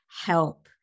help